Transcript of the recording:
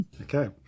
Okay